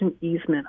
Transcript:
easement